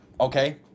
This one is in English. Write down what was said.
okay